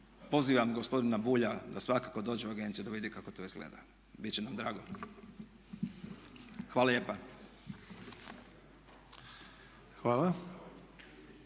pozivam gospodina Bulja da svakako dođe u agenciju i da vidi kako to izgleda. Biti će nam drago. Hvala lijepa.